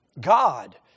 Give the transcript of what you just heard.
God